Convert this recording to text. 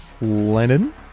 Lennon